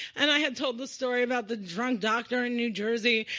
and i had told the story about the drunk doctor in new jersey.